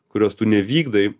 kurios tu nevykdai